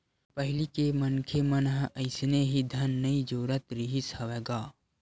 पहिली के मनखे मन ह अइसने ही धन नइ जोरत रिहिस हवय गा